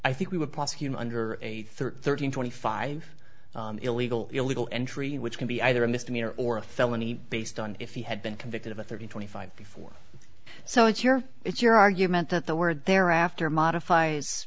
i think we were plus human her age thirteen twenty five illegal illegal entry which can be either a misdemeanor or a felony based on if he had been convicted of a thirty twenty five before so it's your it's your argument that the word thereafter modifies